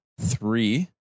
three